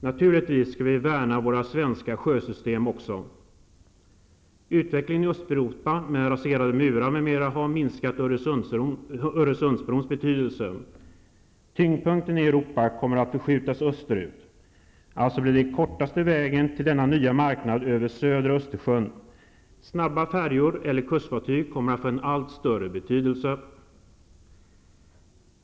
Naturligtvis skall vi även värna våra svenska sjötransportsystem. Utvecklingen i Östeuropa med raserade murar m.m. har minskat Öresundsbrons betydelse. Tyngdpunkten i Europa kommer att förskjutas österut. Således går den kortaste vägen till denna nya marknad över södra Östersjön. Snabba färjor eller kustfartyg kommer att få allt större betydelse.